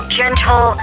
gentle